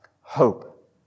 hope